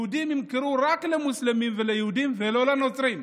יהודים ימכרו רק למוסלמים וליהודים ולא לנוצרים.